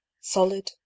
solid